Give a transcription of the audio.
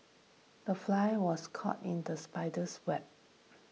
the fly was caught in the spider's web